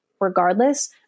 regardless